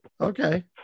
okay